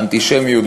האנטישמיות,